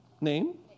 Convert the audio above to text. Name